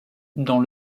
dans